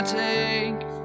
take